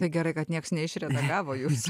tai gerai kad nieks neišredagavo jūsų